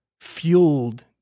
fueled